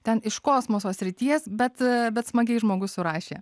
ten iš kosmoso srities bet bet smagiai žmogus surašė